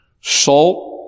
Salt